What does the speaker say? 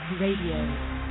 Radio